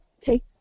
take